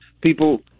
people